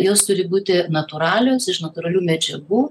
jos turi būti natūralios iš natūralių medžiagų